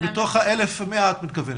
מתוך ה-1,100 את מתכוונת.